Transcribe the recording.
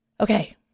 okay